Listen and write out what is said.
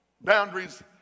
Boundaries